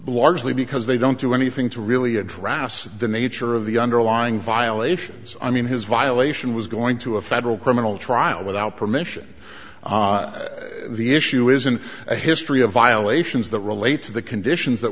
lead because they don't do anything to really address the nature of the underlying violations i mean his violation was going to a federal criminal trial without permission the issue isn't a history of violations that relate to the conditions that